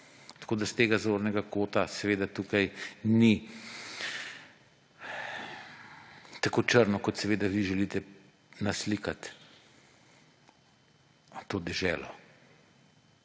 Tako da s tega zornega kota tukaj ni tako črno, kot vi želite naslikati to deželo.